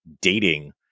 dating